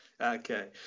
Okay